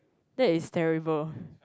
that is terrible